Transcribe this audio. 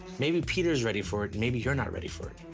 maybe peter's ready for it, maybe you're not ready for it.